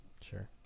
sure